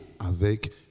avec